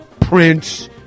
Prince